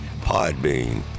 Podbean